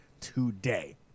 today